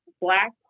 black